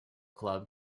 club